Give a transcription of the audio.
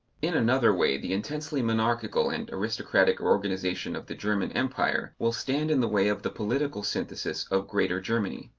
in another way the intensely monarchical and aristocratic organization of the german empire will stand in the way of the political synthesis of greater germany.